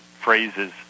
phrases